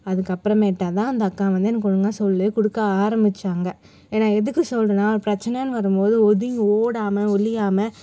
அதுக்கப்பறமேட்டா தான் அந்த அக்கா வந்து எனக்கு ஒழுங்காக சொல்லியே கொடுக்க ஆரம்பித்தாங்க ஏன்னால் எதுக்கு சொல்கிறேன்னா ஒரு பிரச்சனைன்னு வரும் போது ஒதுங்கி ஓடாமல் ஒளியாமல்